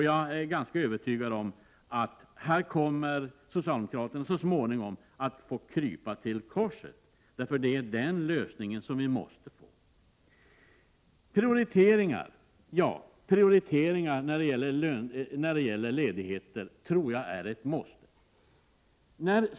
Jag är ganska övertygad om att socialdemokraterna här så småningom kommer att få krypa till korset, för det är den lösningen som vi måste få. Prioriteringar när det gäller ledigheter tror jag är ett måste.